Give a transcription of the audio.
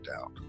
out